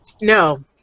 No